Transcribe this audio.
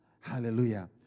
Hallelujah